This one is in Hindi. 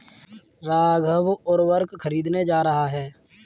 राघव उर्वरक खरीदने जा रहा है